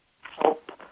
help